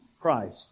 Christ